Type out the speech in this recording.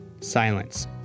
Silence